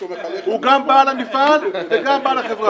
הוא גם בעל המפעל וגם בעל החברה.